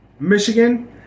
Michigan